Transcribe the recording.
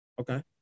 Okay